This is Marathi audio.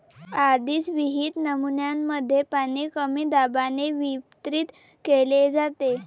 आधीच विहित नमुन्यांमध्ये पाणी कमी दाबाने वितरित केले जाते